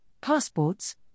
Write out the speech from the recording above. passports